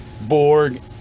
Borg